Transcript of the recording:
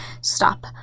stop